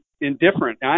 indifferent